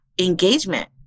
engagement